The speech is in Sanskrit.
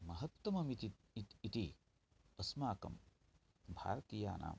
महत्ततममिति इति अस्माकं भारतीयानां